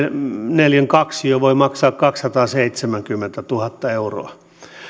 neliön kaksio voi maksaa kaksisataaseitsemänkymmentätuhatta euroa